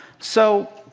so